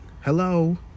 Hello